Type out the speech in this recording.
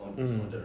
mm